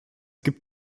gibt